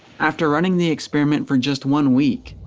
after running the experiment for just one week,